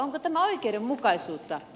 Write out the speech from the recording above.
onko tämä oikeudenmukaisuutta